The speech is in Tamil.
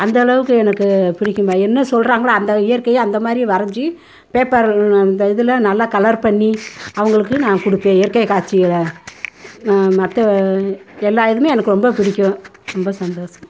அந்த அளவுக்கு எனக்கு பிடிக்கும்தான் என்ன சொல்கிறாங்களோ அந்த இயற்கையை அந்தமாதிரி வரைஞ்சு பேப்பரில் இந்த இதில் நல்ல கலர் பண்ணி அவர்களுக்கு நான் கொடுப்பேன் இயற்கை காட்சிகளை மற்ற எல்லா இதுவுமே எனக்கு ரொம்ப பிடிக்கும் ரொம்ப சந்தோஷம்